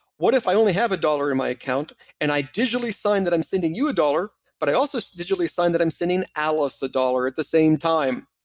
what if i only have a dollar in my account and i digitally sign that i'm sending you a dollar, but i also digitally sign that i'm sending alice a dollar at the same time?